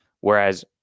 Whereas